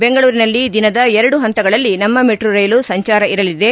ಬೆಂಗಳೂರಿನಲ್ಲಿ ದಿನದ ಎರಡು ಹಂತಗಳಲ್ಲಿ ನಮ್ನ ಮೆಟ್ರೊ ರ್ನೆಲು ಸಂಚಾರ ಇರಲಿದೆ